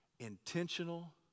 intentional